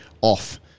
off